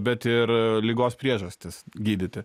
bet ir ligos priežastis gydyti